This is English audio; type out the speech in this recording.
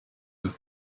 this